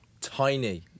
Tiny